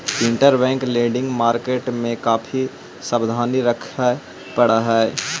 interbank lending market में काफी सावधानी रखे पड़ऽ हई